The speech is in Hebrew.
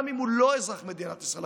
גם אם הוא לא אזרח מדינת ישראל.